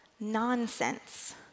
nonsense